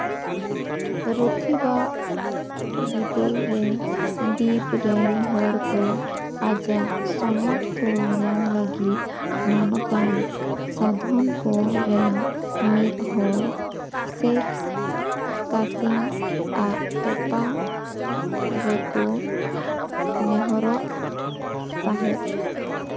ᱨᱩᱛᱷᱤ ᱵᱟᱜ ᱵᱤᱫᱟᱹᱞ ᱨᱮ ᱰᱤᱯ ᱨᱮᱱ ᱦᱚᱲ ᱠᱚ ᱟᱡᱟᱜ ᱥᱚᱱᱚᱛ ᱛᱷᱩᱢ ᱧᱟᱢ ᱞᱟᱹᱜᱤᱫ ᱢᱟᱱᱚᱛᱟᱱ ᱥᱟᱫᱷᱚᱱ ᱠᱚᱨᱮᱱ ᱢᱤᱫ ᱦᱚᱲ ᱥᱮᱠᱷ ᱠᱟᱹᱥᱤᱢ ᱟᱜ ᱛᱚᱯᱟ ᱨᱮᱠᱚ ᱱᱮᱦᱚᱨᱚᱜ ᱛᱟᱦᱮᱫ